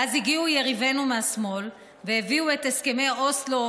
ואז הגיעו יריבינו מהשמאל והביאו את הסכמי אוסלו